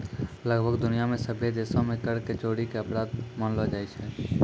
लगभग दुनिया मे सभ्भे देशो मे कर के चोरी के अपराध मानलो जाय छै